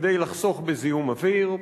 כדי לחסוך בזיהום אוויר.